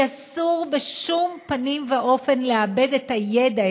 כי אסור בשום פנים ואופן לאבד את הידע,